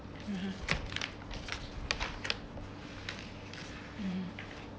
mmhmm mmhmm